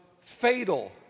fatal